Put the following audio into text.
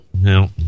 no